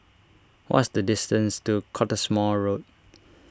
what's the distance to Cottesmore Road